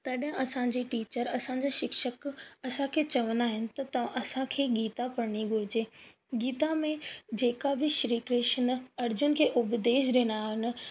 तॾहिं असांजी टीचर असांजा शिक्षक असांखे चवंदा आहिनि त तव असांखे गीता पढ़िणी घुरिजे गीता में जेका बि श्री कृष्ण अर्जुन खे उपदेश ॾिना आहिनि